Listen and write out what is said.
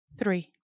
three